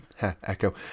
echo